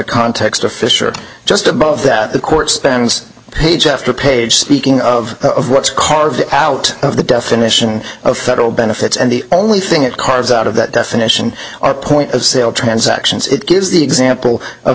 context of fischer just above that the court spends page after page speaking of what's carved out of the definition of federal benefits and the only thing it carves out of that definition are point of sale transactions it gives the example of